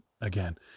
Again